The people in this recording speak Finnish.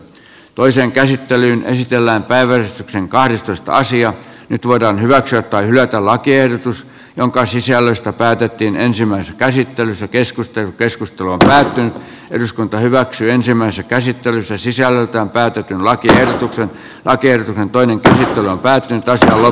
l toisen käsittelyn esitellä päivystyksen kahdestoista nyt voidaan hyväksyä tai hylätä lakiehdotus jonka sisällöstä päätettiin ensimmäisessä käsittelyssä keskustan keskustelua kevään eduskunta hyväksyi ensimmäisen käsittelyn se sisältää päätetyn lakiehdotuksen parker toiminta on päättynyt ajalla